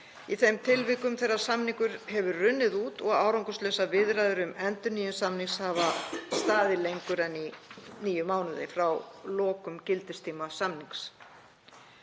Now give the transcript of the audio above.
í þeim tilvikum þegar samningur hefur runnið út og árangurslausar viðræður um endurnýjun samnings hafa staðið lengur en í níu mánuði frá lokum gildistíma samnings.